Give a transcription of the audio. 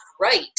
right